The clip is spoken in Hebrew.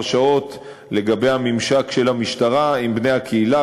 שעות לגבי הממשק של המשטרה עם בני הקהילה,